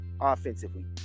offensively